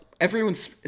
everyone's